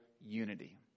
Unity